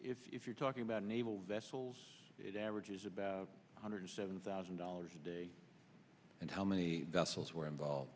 if you're talking about naval vessels it averages about one hundred seventy thousand dollars a day and how many vessels were involved